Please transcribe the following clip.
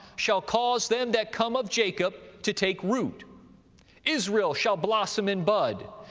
shall cause them that come of jacob to take root israel shall blossom and bud,